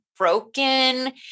broken